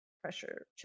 pressure